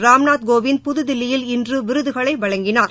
ராம்நாத் கோவிந்த் புதுதில்லியில் இன்று விருதுகளை வழங்கினார்